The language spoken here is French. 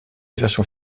version